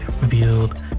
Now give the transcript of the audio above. revealed